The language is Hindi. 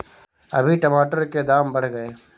अभी टमाटर के दाम बढ़ गए